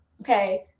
Okay